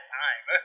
time